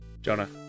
Jonah